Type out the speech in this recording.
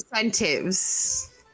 incentives